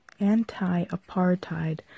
anti-apartheid